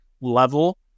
level